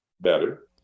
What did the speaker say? better